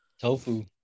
tofu